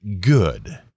good